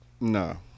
No